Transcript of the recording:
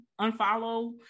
unfollow